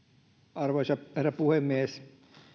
arvoisa herra puhemies tämä